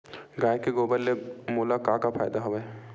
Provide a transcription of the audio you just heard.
गाय के गोबर ले मोला का का फ़ायदा हवय?